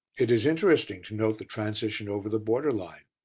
it is interesting to note the transition over the border line.